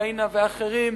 פניה ואחרים,